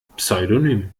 pseudonym